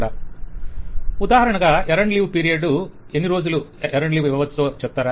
vendor ఉదాహరణగా ఎరండు leave period ఎన్ని రోజులు ఇవ్వవచ్చో ఎంతో చెప్తారా